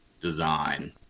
design